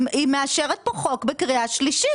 היא מאשרת פה חוק בקריאה שלישית.